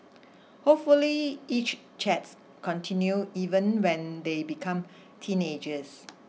hopefully each chats continue even when they become teenagers